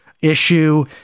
issue